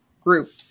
group